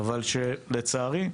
אבל לצערי,